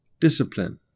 discipline